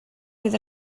fydd